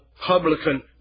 publican